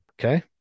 Okay